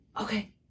Okay